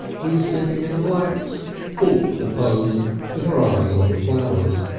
who was sitting in a lax, thoughtful pose with her eyes on the flowers.